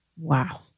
Wow